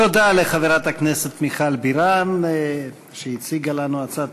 תודה לחברת הכנסת מיכל בירן, שהציגה לנו את הצעת